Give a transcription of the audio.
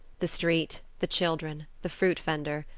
the street, the children, the fruit vender,